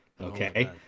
okay